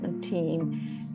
team